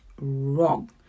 Wrong